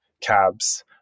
cabs